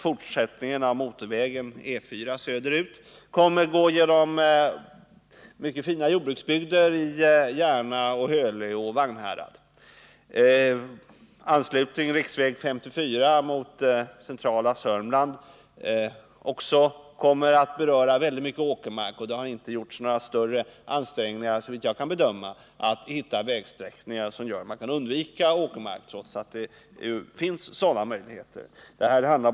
Fortsättningen av motorvägen E 4 söderut kommer att gå genom mycket fina jordbruksbygder i Järna, Hölö och Vagnhärad. Riksväg 54 genom centrala Södermanland kommer också att beröra väldigt mycket åkermark, och det har inte gjorts några större ansträngningar, såvitt jag kan bedöma, att hitta andra vägsträckningar, trots att det finns sådana möjligheter.